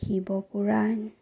Shiva Purana